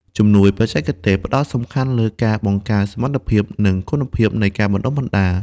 ជំនួយបច្ចេកទេសផ្តោតសំខាន់លើការបង្កើនសមត្ថភាព និងគុណភាពនៃការបណ្តុះបណ្តាល។